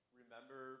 remember